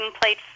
played